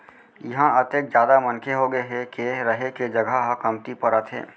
इहां अतेक जादा मनखे होगे हे के रहें के जघा ह कमती परत हे